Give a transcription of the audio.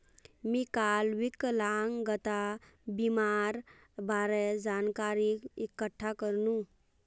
मी काल विकलांगता बीमार बारे जानकारी इकठ्ठा करनु